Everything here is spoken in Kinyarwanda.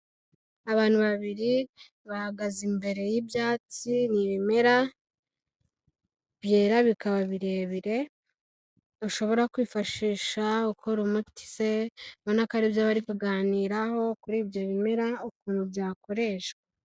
Abantu babiri bahagaze imbere y'ibyatsi, ni ibimera byera bikaba birebire ushobora kwifashisha ukora umuti se ubona ko ari byo bari kuganiraho kuri ibyo bimera ukuntu byakoreshwa.